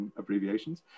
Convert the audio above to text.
abbreviations